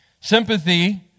Sympathy